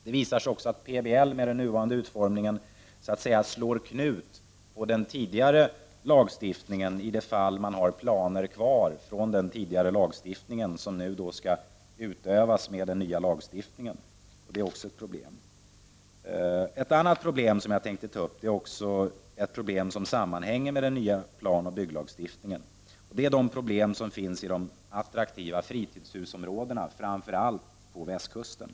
Det visar sig också att PBL, med den nuvarande utformningen, så att säga slår knut på den tidigare lagstiftningen i de fall man har planer kvar från den tid då den tidigare lagstiftningen gällde. Detta är också ett problem. Ett annat problem som sammanhänger med den nya planoch bygglag stiftningen är det som gäller de attraktiva fritidshusområdena, framför allt på västkusten.